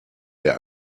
der